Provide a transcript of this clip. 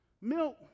Milk